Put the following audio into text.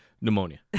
pneumonia